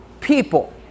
people